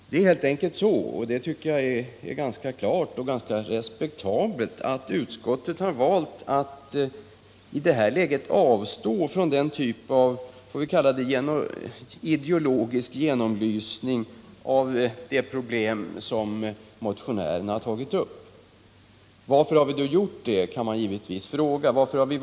Det är helt enkelt så — och det tycker jag är ganska klart och ganska respektabelt — att utskottet valt att i det här läget avstå från en ideologisk genomlysning av de problem som motionärerna tar upp. Varför har vi då valt vägen att enbart yttra oss om yrkandena?